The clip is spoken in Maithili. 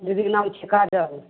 दीदीके नल छेका जाइ हइ